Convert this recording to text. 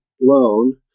loan